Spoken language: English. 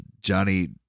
Johnny